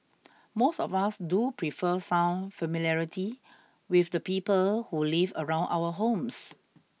most of us do prefer some familiarity with the people who live around our homes